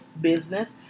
business